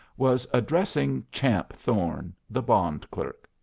was addressing champ thorne, the bond clerk.